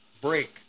break